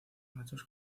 machos